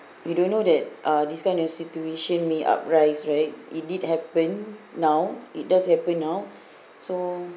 we don't know that uh this kind of situation may uprise right it did happen now it does happen now so